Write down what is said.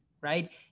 right